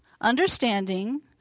understanding